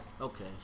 Okay